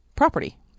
property